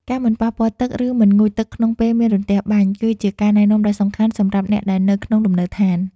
ការមិនប៉ះពាល់ទឹក ឬមិនងូតទឹកក្នុងពេលមានរន្ទះបាញ់គឺជាការណែនាំដ៏សំខាន់សម្រាប់អ្នកដែលនៅក្នុងលំនៅដ្ឋាន។